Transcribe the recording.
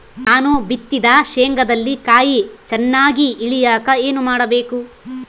ನಾನು ಬಿತ್ತಿದ ಶೇಂಗಾದಲ್ಲಿ ಕಾಯಿ ಚನ್ನಾಗಿ ಇಳಿಯಕ ಏನು ಮಾಡಬೇಕು?